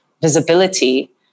visibility